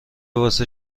واسه